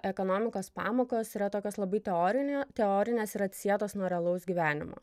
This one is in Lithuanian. ekonomikos pamokos yra tokios labai teorinio teorinės ir atsietos nuo realaus gyvenimo